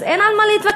אז אין על מה להתווכח.